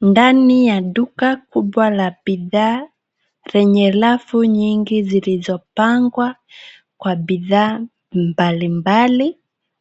Ndani ya duka kubwa la bidhaa lenye rafu nyingi zilizopangwa kwa bidhaa mbalimbali.